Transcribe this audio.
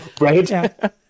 Right